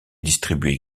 distribué